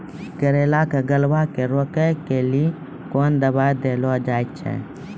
करेला के गलवा के रोकने के लिए ली कौन दवा दिया?